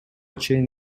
чейин